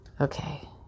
Okay